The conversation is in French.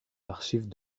archives